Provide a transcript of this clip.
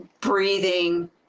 breathing